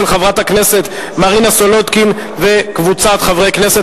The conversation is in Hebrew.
של חברת הכנסת מרינה סולודקין וקבוצת חברי הכנסת.